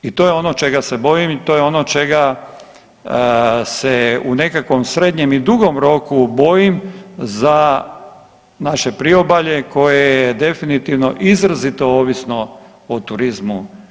I to je ono čega se bojim i to je ono čega se u nekakvom srednjem i dugom roku bojim za naše priobalje koje je definitivno izrazito ovisno o turizmu.